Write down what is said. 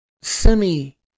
semi